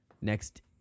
next